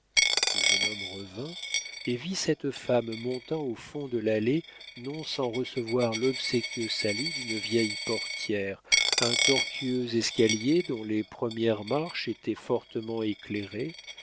le jeune homme revint et vit cette femme montant au fond de l'allée non sans recevoir l'obséquieux salut d'une vieille portière un tortueux escalier dont les premières marches étaient fortement éclairées